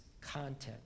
content